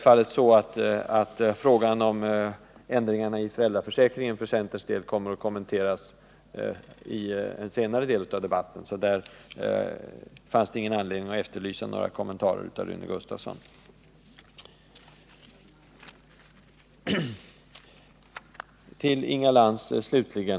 Frågan om ändringarna i föräldraförsäkringen kommer för centerns del självfallet att kommenteras i ett senare skede av debatten, så i det avseendet fanns det ingen anledning att efterlysa några kommentarer av Rune Gustavsson. Till Inga Lantz slutligen.